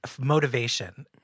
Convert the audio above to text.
motivation